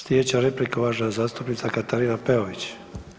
Sljedeća replika je uvažena zastupnica Katarina Peović.